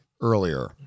earlier